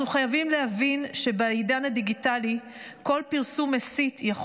אנחנו חייבים להבין שבעידן הדיגיטלי כל פרסום מסית יכול